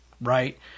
right